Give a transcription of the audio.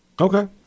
Okay